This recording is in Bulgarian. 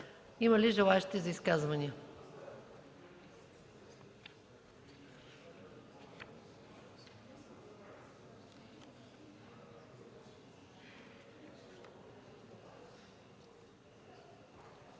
Има ли желаещи за изказвания?